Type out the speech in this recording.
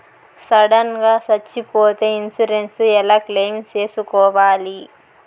Sudden గా సచ్చిపోతే insurance ఎలా క్లెయిమ్ సేసుకోవాలి?